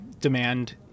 demand